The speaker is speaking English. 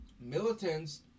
militants